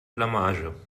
blamage